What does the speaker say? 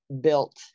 built